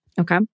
Okay